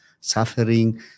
suffering